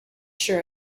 sure